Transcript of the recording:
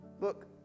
Look